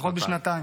פחות משנתיים.